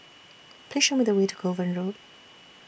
Please Show Me The Way to Kovan Road